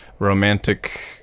romantic